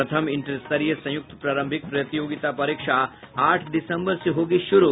प्रथम इंटरस्तरीय संयुक्त प्रारंभिक प्रतियोगिता परीक्षा आठ दिसम्बर से होगी शुरू